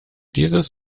dieses